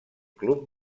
club